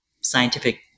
scientific